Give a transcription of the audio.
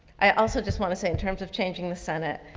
i also just want to say in terms of changing the senate,